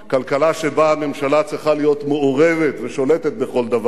כלכלה שבה הממשלה צריכה להיות מעורבת ושולטת בכל דבר,